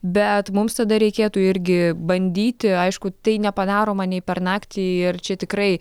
bet mums tada reikėtų irgi bandyti aišku tai nepadaroma nei per naktį ir čia tikrai